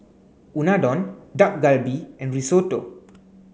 Unadon Dak Galbi and Risotto